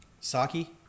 Saki